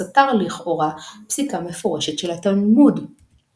החלו תנודות רבות יותר בקרב יחידים מקהילות שונות,